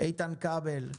איתן כבל,